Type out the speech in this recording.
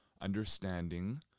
understanding